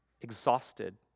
exhausted